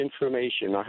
information